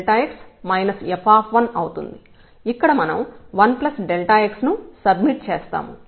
ఇక్కడ మనం 1x ను సబ్మిట్ చేస్తాము